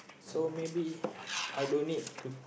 so maybe I don't need to